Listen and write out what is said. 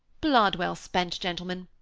blood well spent, gentlemen.